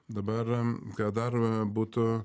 dabar ką dar būtų